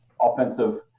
offensive